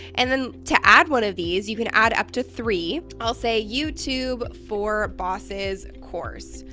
and then to add one of these you can add up to three, i'll say youtube for bosses course.